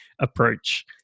approach